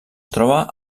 troba